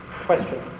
question